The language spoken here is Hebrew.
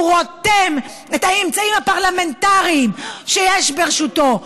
רותם את האמצעים הפרלמנטריים שיש ברשותו,